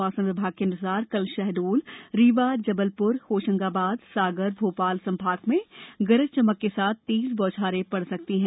मौसम विभाग के अनुसार कल शहडोल रीवा जबलपुर होशंगाबाद सागर भोपाल संभाग में गरज चमक के साथ तेज बौछारे पड़ सकती है